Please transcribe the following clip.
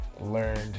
learned